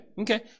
okay